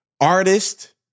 artist